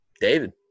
david